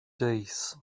days